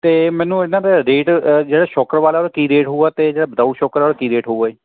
ਅਤੇ ਮੈਨੂੰ ਇਨ੍ਹਾਂ ਦੇ ਰੇਟ ਅ ਜਿਹੜਾ ਛੋਕਰ ਵਾਲਾ ਉਹਦਾ ਕੀ ਰੇਟ ਹੋਊਗਾ ਅਤੇ ਜਿਹੜਾ ਵਿਦਾਊਟ ਛੋਕਰ ਉਹਦਾ ਕੀ ਰੇਟ ਹੋਊਗਾ ਜੀ